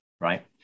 right